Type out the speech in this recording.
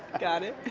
got it!